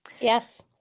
yes